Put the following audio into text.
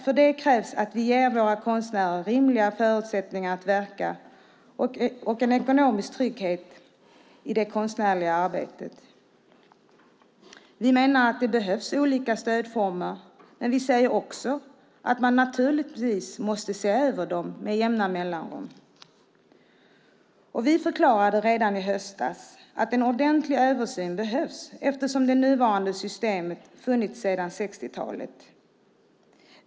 För det krävs att vi ger våra konstnärer rimliga förutsättningar att verka och en ekonomisk trygghet i det konstnärliga arbetet. Vi menar att det behövs olika stödformer, men vi säger också att man naturligtvis måste se över dem med jämna mellanrum. Vi förklarade redan i höstas att en ordentlig översyn behövs, eftersom det nuvarande systemet funnits sedan 60-talet.